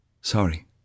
Sorry